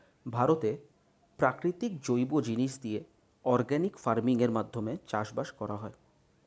ভারতে প্রাকৃতিক জৈব জিনিস দিয়ে অর্গানিক ফার্মিং এর মাধ্যমে চাষবাস করা হয়